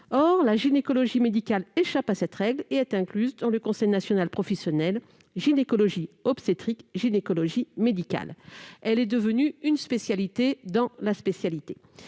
Or la gynécologie médicale échappe à cette règle et est incluse dans le Conseil national professionnel gynécologie obstétrique-gynécologie médicale. Elle est ainsi devenue une spécialité dans la spécialité.